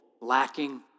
lacking